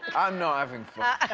i'm not having fun.